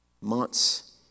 months